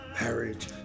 marriage